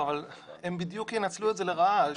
אבל הם ינצלו את זה לרעה.